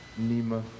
Nima